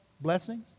blessings